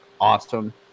awesome